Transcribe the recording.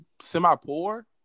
semi-poor